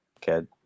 kid